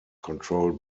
controlled